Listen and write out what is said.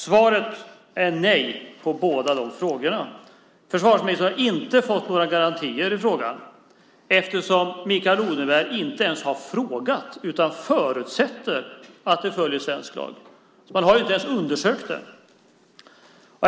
Svaret är nej på båda frågorna. Försvarsministern har inte fått några garantier i frågan eftersom Mikael Odenberg inte ens har frågat utan förutsätter att de följer svensk lag. Man har inte ens undersökt saken.